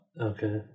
okay